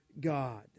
God